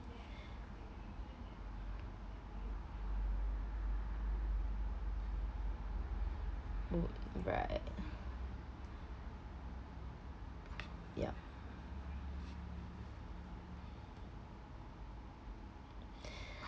alright yup